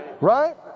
Right